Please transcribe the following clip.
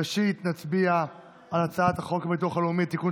ראשית נצביע על הצעת חוק הביטוח הלאומי (תיקון,